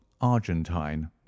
argentine